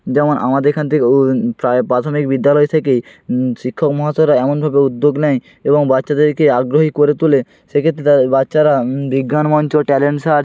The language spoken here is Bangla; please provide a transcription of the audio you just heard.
যেমন আমাদের এখান থেকে প্রায় প্রাথমিক বিদ্যালয় থেকেই শিক্ষক মহাশয়রা এমনভাবে উদ্যোগ নেয় এবং বাচ্চাদারকে আগ্রহী করে তোলে সে ক্ষেত্রে তাদের বাচ্চারা বিজ্ঞান মঞ্চ ট্যালেন্ট সার্চ